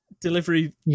delivery